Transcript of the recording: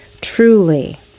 Truly